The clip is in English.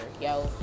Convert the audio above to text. yo